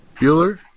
Bueller